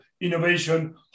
innovation